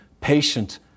patient